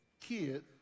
kid